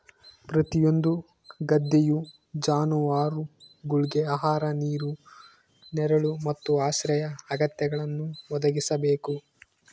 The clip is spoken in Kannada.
ಪ್ರತಿಯೊಂದು ಗದ್ದೆಯು ಜಾನುವಾರುಗುಳ್ಗೆ ಆಹಾರ ನೀರು ನೆರಳು ಮತ್ತು ಆಶ್ರಯ ಅಗತ್ಯಗಳನ್ನು ಒದಗಿಸಬೇಕು